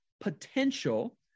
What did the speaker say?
potential